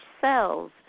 cells